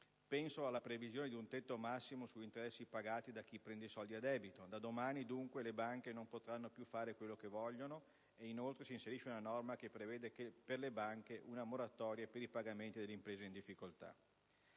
penso alla previsione di un tetto massimo sugli interessi pagati da chi prende i soldi a debito: da domani, dunque, le banche non potranno più fare quello che vogliono. Inoltre, si inserisce una norma che prevede per le banche una moratoria per i pagamenti delle imprese in difficoltà.